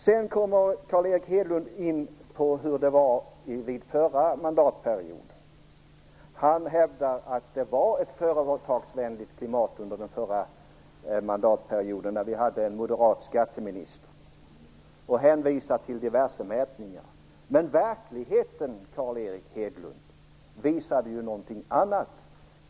Carl Erik Hedlund kommer också in på hur det var under den förra mandatperioden. Han hävdar att det rådde ett företagarvänligt klimat under den förra mandatperioden, då vi hade en moderat skatteminister, och han hänvisar till diverse mätningar. Men verkligheten, Carl Erik Hedlund, visade ju någonting annat.